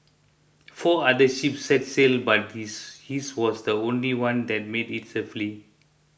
four other ships set sail but his his was the only one that made it safely